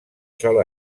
sol